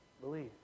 Believe